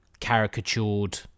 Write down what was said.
caricatured